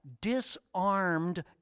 disarmed